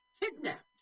kidnapped